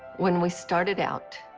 when we started out,